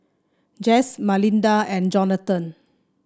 Jesse Malinda and Jonatan